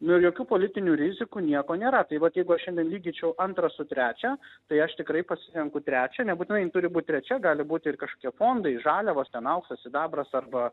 nu ir jokių politinių rizikų nieko nėra tai vat jeigu šiandien lyginčiau antrą su trečia tai aš tikrai pasirenku trečią nebūtinai jin turi būt trečia gali būti ir kažkokie fondai žaliavos ten auksas sidabras arba